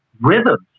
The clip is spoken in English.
rhythms